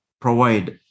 provide